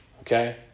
okay